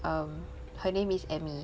um her name is Amy